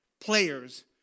players